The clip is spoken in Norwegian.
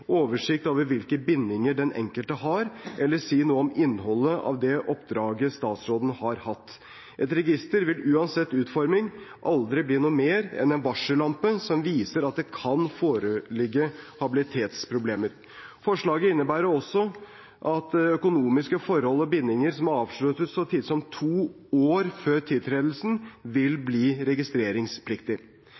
oversikt over hvilke bindinger den enkelte har, eller si noe om innholdet i det oppdraget statsråden har hatt. Et register vil, uansett utforming, aldri bli noe mer enn en varsellampe som viser at det kan foreligge habilitetsproblemer. Forslaget innebærer også at økonomiske forhold og bindinger som er avsluttet så tidlig som to år før tiltredelsen, vil bli registreringspliktig.